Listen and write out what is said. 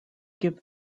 give